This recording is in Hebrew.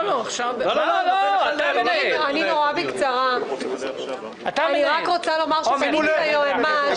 (היו"ר אחמד טיבי) אני רק רוצה לומר שפניתי ליועמ"ש